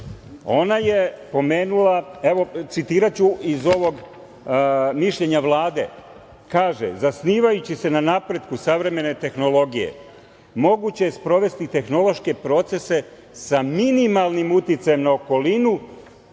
ona je pomenula, evo citiraću iz ovog Mišljenja Vlade. Kaže – zasnivajući se na napretku savremene tehnologije moguće je sprovesti tehnološke procese sa minimalnim uticajem na okolinu,